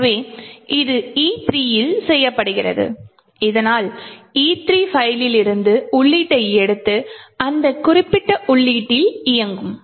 எனவே இது E3 இல் செய்யப்படுகிறது இதனால் E3 பைல்லில் இருந்து உள்ளீட்டை எடுத்து அந்த குறிப்பிட்ட உள்ளீட்டில் இயங்கும்